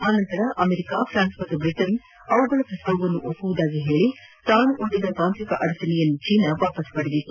ಆನಂತರ America France ಮತ್ತು Britain ಅವುಗಳ ಪ್ರಸ್ತಾವವನ್ನು ಒಪ್ಪುವುದಾಗಿ ಹೇಳಿ ತಾನು ಒಡ್ಡಿದ್ದ ತಾಂತ್ರಿಕ ಅದಚಣೆಯನ್ನು ಚೀನಾ ವಾಪಸ್ ಪಡೆದಿತ್ತು